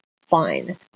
fine